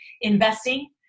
investing